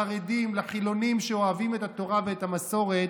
לחרדים, לחילונים שאוהבים את התורה ואת המסורת,